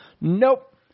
Nope